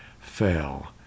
fell